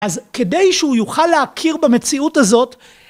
אז כדי שהוא יוכל להכיר במציאות הזאת.